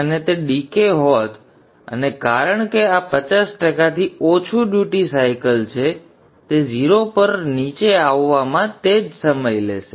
અને તે ડીકે હોત અને કારણ કે આ ૫૦ ટકાથી ઓછું ડ્યુટી સાયકલ છે તેથી તે 0 પર નીચે આવવામાં તે જ સમય લેશે